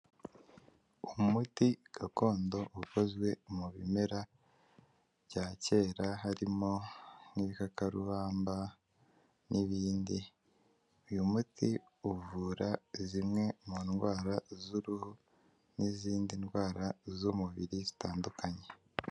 Umuti gakondo ukozwe mu bimera bya kera, harimo nk'ibikakarubamba n'ibindi, uyu muti uvura zimwe mu ndwara z'uruhu n'izindi ndwara z'umubiri zitandukanye.